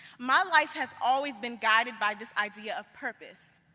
my life has always been guided by this idea of purpose,